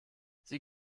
sie